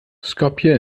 skopje